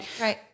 Right